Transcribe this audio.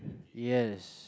yes